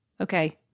okay